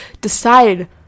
decide